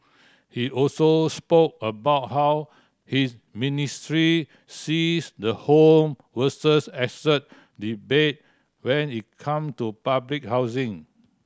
he also spoke about how his ministry sees the home versus asset debate when it come to public housing